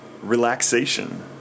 relaxation